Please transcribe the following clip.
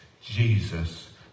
Jesus